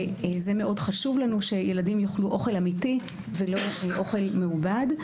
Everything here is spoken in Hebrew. ומאוד חשוב לנו שילדים יאכלו אוכל אמיתי ולא אוכל מעובד.